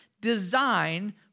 Design